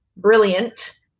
Brilliant